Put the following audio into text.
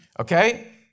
okay